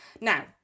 Now